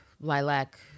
lilac